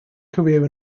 career